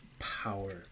power